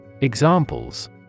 Examples